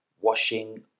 washing